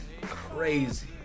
crazy